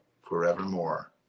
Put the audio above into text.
forevermore